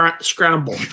scramble